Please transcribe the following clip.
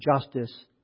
justice